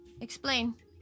Explain